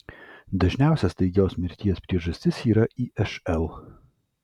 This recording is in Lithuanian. dažniausia staigios mirties priežastis yra išl